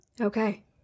Okay